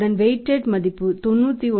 அதன் வைடிட் மதிப்பு 91